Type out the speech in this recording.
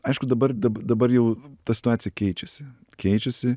aišku dabar dabar jau ta situacija keičiasi keičiasi